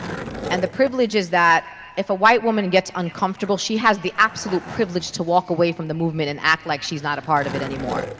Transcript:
and the privilege is that if a white woman gets un un comfortable, she has the absolute privilege to walk away from the movement and act like she is not a part of it anymore.